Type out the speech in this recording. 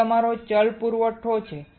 આ તમારો ચલ પુરવઠો છે